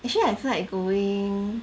actually I feel like going